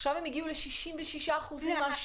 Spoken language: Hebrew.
עכשיו הם הגיעו ל-66% מהשוק.